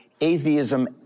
atheism